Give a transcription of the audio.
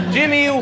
Jimmy